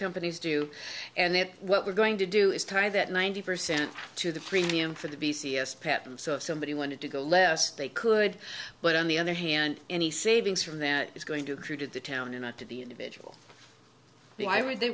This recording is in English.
companies do and that's what we're going to do is tie that ninety percent to the premium for the b c s papum so if somebody wanted to go less they could but on the other hand any savings from that is going to created the town and not to the individual why would they